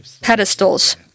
pedestals